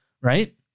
right